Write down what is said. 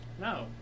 No